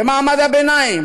במעמד הביניים,